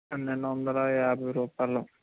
పన్నెండు వందల యాభై రూపాయలు